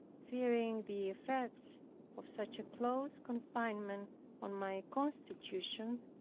fearing the effects of such a close confinement on my constitution,